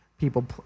people